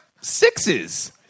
sixes